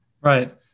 right